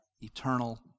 eternal